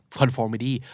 conformity